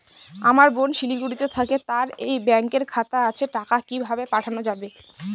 আমার বোন শিলিগুড়িতে থাকে তার এই ব্যঙকের খাতা আছে টাকা কি ভাবে পাঠানো যাবে?